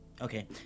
Okay